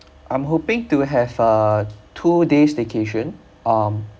I'm hoping to have uh two days staycation um